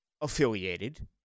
affiliated